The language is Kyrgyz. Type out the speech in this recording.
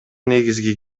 негизги